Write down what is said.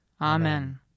Amen